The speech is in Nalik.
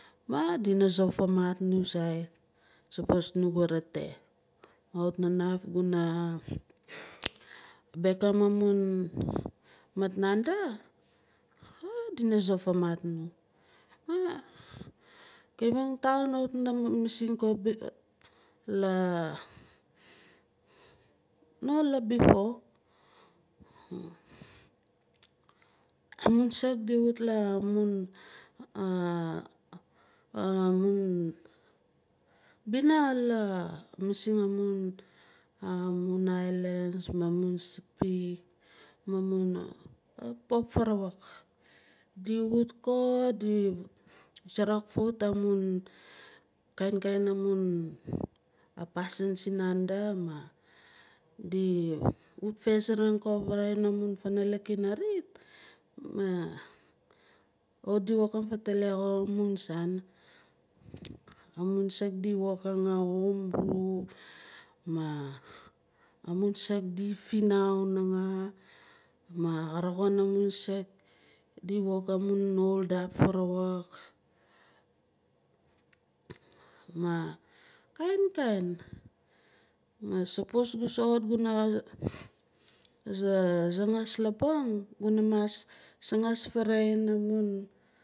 Madina sop famat nu ziat sapos nu gu reta mah kawit gu naf guna bekim amun mit nanda oh dina sop famat nu ma kavieng town kawit na mising la before amun saak di wut laamun amun bina la mising amun amun highlands amun sepik ma amun pop varawak di wut ko di sarak fawut amun kainkain amun a pasin sinanda ma di wut fazaring faring amun vunalak inarit oh di wokang fatale amun saan amun saak di wokang a homebrew ma amum saak di dinau nganga maa ka roxin a mun saak di wokang amun holdup farawuk maa kainkain maa sapos gut soxot guna sangaas labung guna mas sangaas varing amun.